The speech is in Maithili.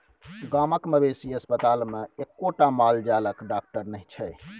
गामक मवेशी अस्पतालमे एक्कोटा माल जालक डाकटर नहि छै